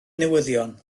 newyddion